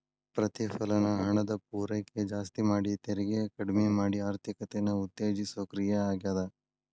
ಪ್ರತಿಫಲನ ಹಣದ ಪೂರೈಕೆ ಜಾಸ್ತಿ ಮಾಡಿ ತೆರಿಗೆ ಕಡ್ಮಿ ಮಾಡಿ ಆರ್ಥಿಕತೆನ ಉತ್ತೇಜಿಸೋ ಕ್ರಿಯೆ ಆಗ್ಯಾದ